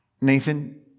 Nathan